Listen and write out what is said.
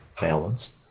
balance